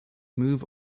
move